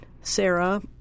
sarah